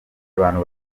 abantu